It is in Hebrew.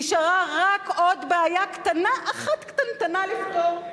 נשארה רק עוד בעיה קטנה אחת, קטנטנה, לפתור,